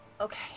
Okay